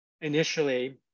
initially